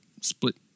split